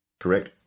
Correct